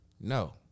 No